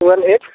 one eight